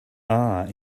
are